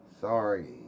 Sorry